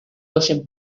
oyen